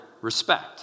respect